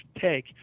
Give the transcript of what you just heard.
take